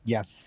Yes